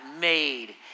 made